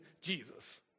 Jesus